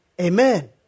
Amen